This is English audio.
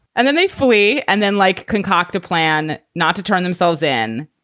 and then they flee and then, like, concoct a plan not to turn themselves in.